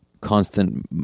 constant